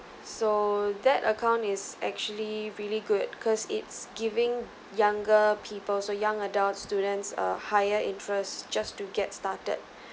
so that account is actually really good cause it's giving younger peoples or young adult students uh higher interest just to get started